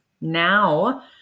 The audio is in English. Now